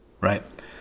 right